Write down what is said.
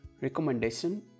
recommendation